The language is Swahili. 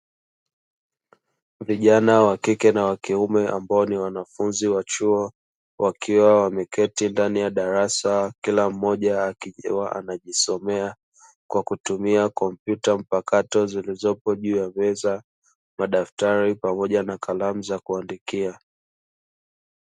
Vijana wa kike na wa kiume ambao ni wanafunzi wa chuo, wakiwa wameketi ndani ya darasa kila mmoja akiwa anajisomea kwa kutumia kompyuta mpakato zilizopo juu ya meza, madaftari pamoja na kalamu za kuandikia.